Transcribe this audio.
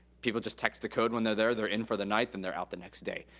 people just text a code when they're there, they're in for the night, then they're out the next day.